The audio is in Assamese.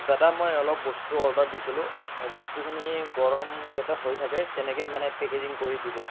দাদা মই অলপ বস্তু অৰ্ডাৰ দিছিলোঁ বস্তুখিনি গৰম যাতে হৈ থাকে তেনেকৈ মানে পেকেজিং কৰি দিব